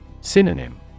Synonym